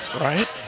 Right